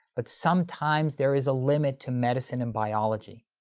but sometimes there is a limit to medicine and biology.